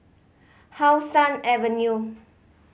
How Sun Avenue